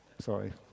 sorry